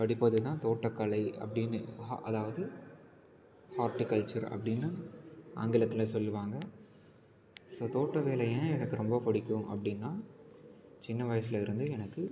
படிப்பது தான் தோட்டக்கலை அப்படின்னு அதாவது ஆர்டிக்கல்ச்சர் அப்படின்னு ஆங்கிலத்தில் சொல்வாங்க சில தோட்ட வேலையை ஏன் எனக்கு ரொம்ப பிடிக்கும் அப்படின்னா சின்ன வயசில் இருந்தே எனக்கு